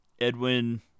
Edwin